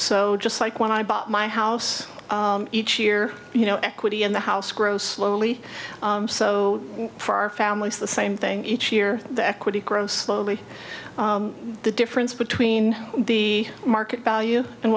so just like when i bought my house each year you know equity in the house grow slowly so for our families the same thing each year the equity grow slowly the difference between the market value and